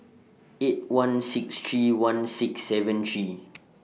eight one six three one six seven three